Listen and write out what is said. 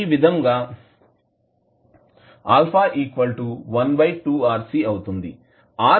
ఈ విధంగా α 12RC అవుతుంది